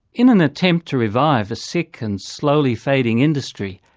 in an attempt to revive a sick and slowly fading industry,